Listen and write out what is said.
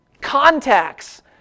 Contacts